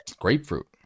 Grapefruit